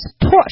push